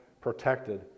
protected